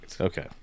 Okay